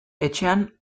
etxean